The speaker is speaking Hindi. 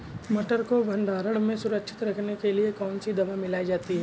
मटर को भंडारण में सुरक्षित रखने के लिए कौन सी दवा मिलाई जाती है?